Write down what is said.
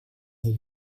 нью